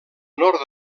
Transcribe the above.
nord